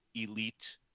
elite